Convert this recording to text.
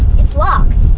it's locked.